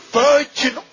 virgin